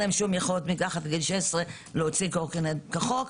להם יכולת מתחת לגיל 16 להוציא קורקינט כחוק.